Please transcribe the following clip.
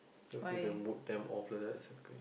show face the mood damn off like that